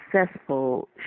successful